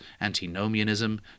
antinomianism